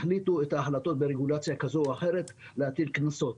החליטו את ההחלטות ברגולציה כזאת או אחרת להטיל קנסות.